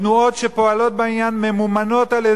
ותנועות שפועלות בעניין ממומנות על-ידי